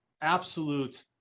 absolute